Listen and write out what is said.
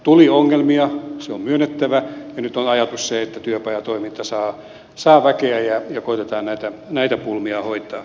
tuli ongelmia se on myönnettävä ja nyt on ajatus se että työpajatoiminta saa väkeä ja koetetaan näitä pulmia hoitaa